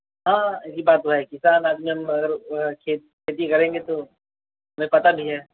हाँ यह ही बात तो है किसान आदमी हम अगर खेती करेंगे तो हमें पता नहीं है